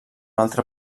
altre